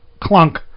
clunk